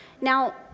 Now